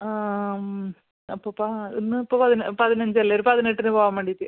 അപ്പോൾ ഇപ്പം ഇന്ന് ഇപ്പോൾ പതി പതിനഞ്ചല്ലേ ഒരു പതിനെട്ടിന് പോവാൻ വേണ്ടിയിട്ട്